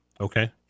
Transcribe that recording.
Okay